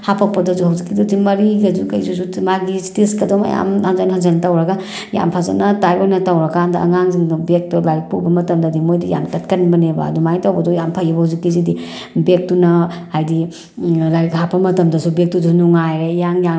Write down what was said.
ꯍꯥꯞꯄꯛꯄꯗꯁꯨ ꯍꯧꯖꯤꯛꯀꯤꯗꯨꯗꯤ ꯃꯔꯤꯒꯁꯨ ꯀꯩꯁꯨꯁꯨ ꯃꯥꯒꯤ ꯏꯁꯇꯤꯁꯀꯗꯣ ꯃꯌꯥꯝ ꯍꯟꯖꯤꯟ ꯍꯟꯖꯤꯟ ꯇꯧꯔꯒ ꯌꯥꯝ ꯐꯖꯅ ꯇꯥꯏꯠ ꯑꯣꯏꯅ ꯇꯧꯔ ꯀꯥꯟꯗ ꯑꯉꯥꯡꯁꯤꯡꯗꯣ ꯕꯦꯛꯇꯣ ꯂꯥꯏꯔꯤꯛ ꯄꯨꯕ ꯃꯇꯝꯗꯗꯤ ꯃꯣꯏꯗꯤ ꯌꯥꯝ ꯇꯠꯀꯟꯕꯅꯦꯕ ꯑꯗꯨꯃꯥꯏꯅ ꯇꯧꯕꯗꯣ ꯌꯥꯝ ꯐꯩꯕ ꯍꯧꯖꯤꯛꯀꯤꯁꯤꯗꯤ ꯕꯦꯛꯇꯨꯅ ꯍꯥꯏꯗꯤ ꯂꯥꯏꯔꯤꯛ ꯍꯥꯞꯄ ꯃꯇꯝꯗꯁꯨ ꯕꯦꯛꯇꯨꯁꯨ ꯅꯨꯡꯉꯥꯏꯔꯦ ꯏꯌꯥꯡ ꯌꯥꯡꯅ